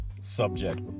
subject